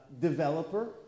developer